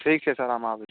ठीक छै सर हम आबै छी